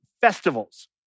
festivals